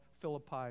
Philippi